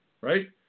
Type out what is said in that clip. right